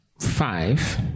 Five